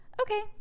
Okay